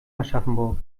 aschaffenburg